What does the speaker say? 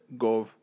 gov